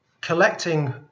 collecting